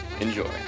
Enjoy